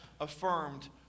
affirmed